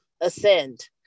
ascend